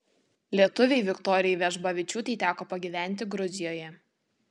lietuvei viktorijai vežbavičiūtei teko pagyventi gruzijoje